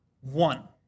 one